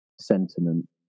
sentiment